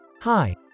Hi